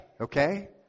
okay